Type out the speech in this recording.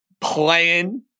playing